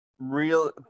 Real